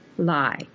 Lie